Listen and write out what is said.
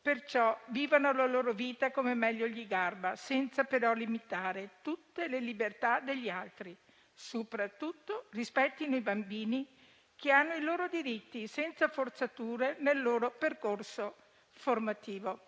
perciò vivano la loro vita come meglio gli garba, senza però limitare tutte le libertà degli altri. Soprattutto rispettino i bambini che hanno i loro diritti, senza operare forzature nel loro percorso formativo.